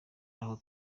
aho